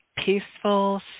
Peaceful